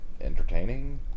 entertaining